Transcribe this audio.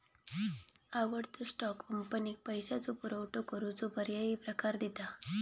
आवडतो स्टॉक, कंपनीक पैशाचो पुरवठो करूचो पर्यायी प्रकार दिता